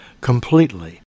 completely